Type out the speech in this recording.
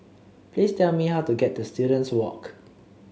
please tell me how to get to Students Walk